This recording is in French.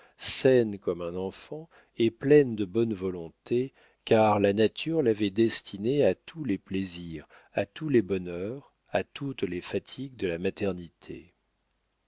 saine comme un enfant et pleine de bonne volonté car la nature l'avait destinée à tous les plaisirs à tous les bonheurs à toutes les fatigues de la maternité